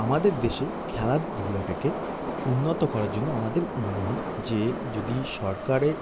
আমাদের দেশে খেলাধূলাটাকে উন্নত করার জন্য আমাদের মনে হয় যে যদি সরকারের